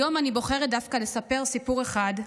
היום אני בוחרת דווקא לספר סיפור אחד,